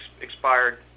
expired